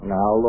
Now